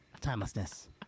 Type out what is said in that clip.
Timelessness